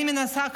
אני מנסה,